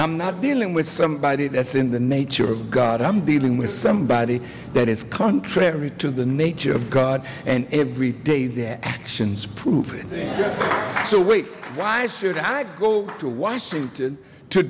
i'm not dealing with somebody that's in the nature of god i'm dealing with somebody that is contrary to the nature of god and every day their actions prove so wait rise should i go to washington to